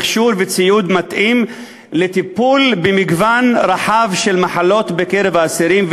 מכשור וציוד המתאימים לטיפול במגוון רחב של מחלות בקרב האסירים,